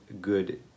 good